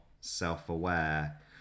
self-aware